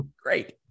Great